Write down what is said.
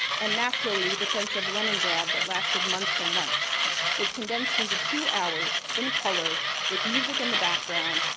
and naturally the defense of leningrad that lasted months and months was condensed into two hours, in color, with music in the background.